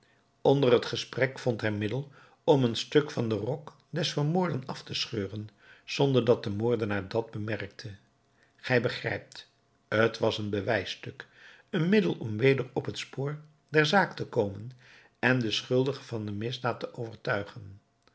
onder t gesprek vond hij middel om een stuk van den rok des vermoorden af te scheuren zonder dat de moordenaar dat bemerkte gij begrijpt t was een bewijsstuk een middel om weder op t spoor der zaak te komen en den schuldige van de misdaad te overtuigen